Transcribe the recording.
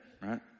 Right